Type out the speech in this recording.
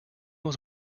was